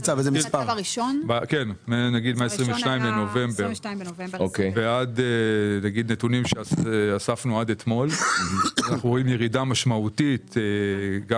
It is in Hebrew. מ-22 בנובמבר עד אתמול ראינו ירידה משמעותית גם